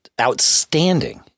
outstanding